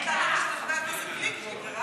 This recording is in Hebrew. אחרי חבר הכנסת גליק.